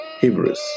Hebrews